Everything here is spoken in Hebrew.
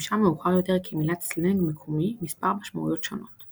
שמשה מאוחר יותר כמילת סלנג מקומי עם מספר משמעויות שונות;